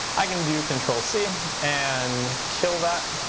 i can do control c and kill that.